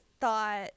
thought